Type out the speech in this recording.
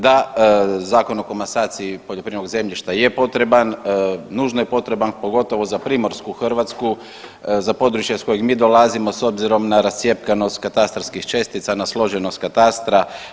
Da Zakon o komasaciji poljoprivrednog zemljišta je potreban, nužno je potreban pogotovo za Primorsku Hrvatsku, za područje s kojeg mi dolazimo s obzirom na rascjepkanost katastarskih čestica, na složenost katastra.